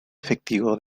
efectivo